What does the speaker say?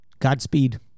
Godspeed